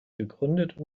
gegründet